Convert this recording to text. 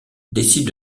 décide